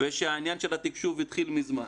ושהעניין של התקשוב התחיל מזמן.